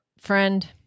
friend